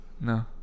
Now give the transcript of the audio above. no